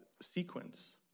sequence